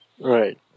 Right